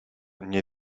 nie